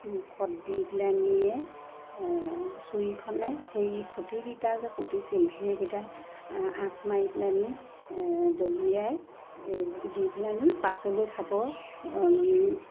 মুখত দি পেলানিয়ে চুৰিখনে সেই খুটিকেইটা যে পুতিছিল সেইকেইটা আঁক মাৰি পেলানি দলিয়াই দি পেলানি পাছলৈ চাব